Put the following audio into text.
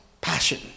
passion